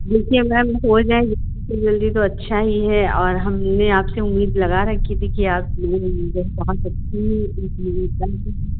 देखिए मैम हो जाए जितनी जल्दी तो अच्छा ही है और हमने आपसे उम्मीद लगा रखी थी कि आप बहुत अच्छी हैं इसलिए कर दीजिए